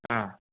ಹಾಂ